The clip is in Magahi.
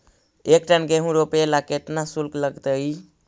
एक टन गेहूं रोपेला केतना शुल्क लगतई?